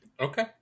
Okay